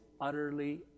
utterly